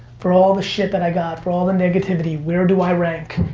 for all the shit that i got, for all the negativity, where do i rank?